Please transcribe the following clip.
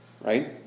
right